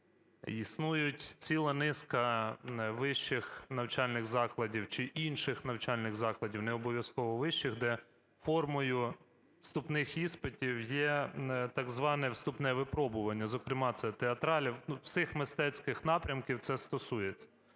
Існує ціла низка вищих навчальних закладів чи інших навчальних закладів, не обов'язково вищих, де формою вступних іспитів є так зване вступне випробування, зокрема це театралів, всіх мистецьких напрямків це стосується.